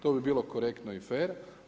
To bi bilo korektno i fer.